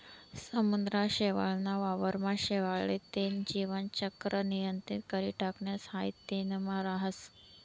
समुद्रना शेवाळ ना वावर मा शेवाळ ले तेन जीवन चक्र नियंत्रित करी टाकणस हाई तेनमा राहस